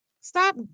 Stop